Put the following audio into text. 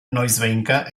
noizbehinka